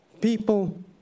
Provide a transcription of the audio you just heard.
people